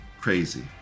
crazy